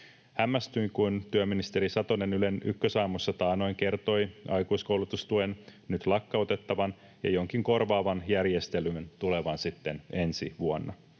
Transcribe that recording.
Hämmästyin, kun työministeri Satonen Ylen Ykkösaamussa taannoin kertoi aikuiskoulutustuen nyt lakkautettavan ja jonkin korvaavan järjestelmän tulevan sitten ensi vuonna.